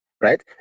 Right